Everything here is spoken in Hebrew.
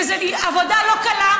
וזאת עבודה לא קלה,